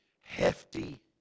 hefty